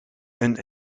een